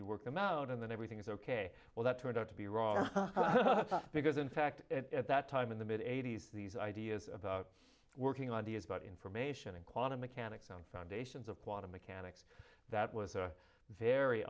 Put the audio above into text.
you work them out and then everything is ok well that turned out to be wrong because in fact at that time in the mid eighties these ideas about working ideas about information and quantum mechanics and foundations of quantum mechanics that was a very